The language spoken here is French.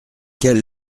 quel